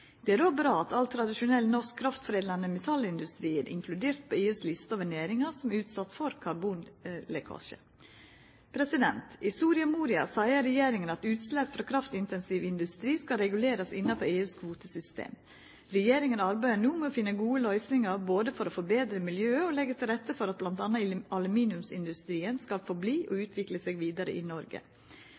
Det er òg bra at all tradisjonell norsk kraftforedlande metallindustri er inkludert på EUs liste over næringar som er utsette for karbonlekkasje. I Soria Moria-erklæringa seier regjeringa at utslepp frå kraftintensiv industri skal regulerast innanfor EUs kvotesystem. Regjeringa arbeider no med å finna gode løysingar både for å forbetra miljøet og for å leggja til rette for at bl.a. aluminiumsindustrien skal halda fram og utvikla seg vidare i Noreg.